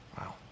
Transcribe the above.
Wow